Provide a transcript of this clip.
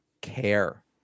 care